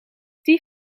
die